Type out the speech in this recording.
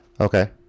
Okay